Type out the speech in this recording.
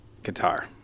Guitar